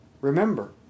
Remember